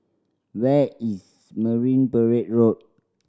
where is Marine Parade Road